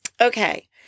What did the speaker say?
Okay